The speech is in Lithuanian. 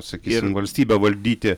sakysime valstybę valdyti